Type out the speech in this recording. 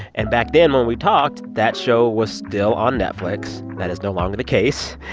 and back then when we talked, that show was still on netflix. that is no longer the case.